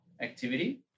activity